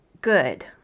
good